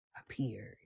appeared